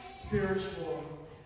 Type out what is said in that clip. spiritual